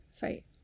fight